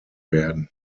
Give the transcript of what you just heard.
werden